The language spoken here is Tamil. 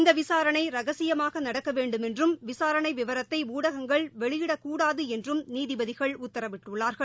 இந்த விசாரணை ரகசியமாக நடக்க வேண்டுமென்றும் விசாரணை விவரத்தை ஊடகங்கள் வெளியிடக் கூடாது என்றும் நீதிபதிகள் உத்தரவிட்டுள்ளார்கள்